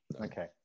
Okay